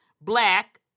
black